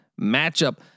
matchup